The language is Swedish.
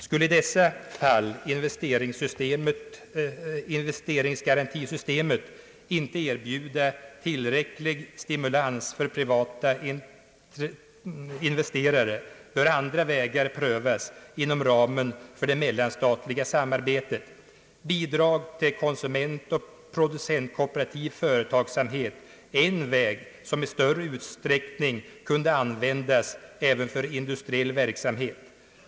Skulle i dessa fall investeringsgarantisystemet inte erbjuda tillräcklig stimulans för privata investerare, bör andra vägar prövas inom ramen för det mellanstatliga samarbetet. Bidrag till konsumentoch producentkooperativ företagsamhet är en väg som i större utsträckning kunde användas även för industriell verksamhet.